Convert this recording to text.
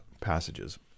passages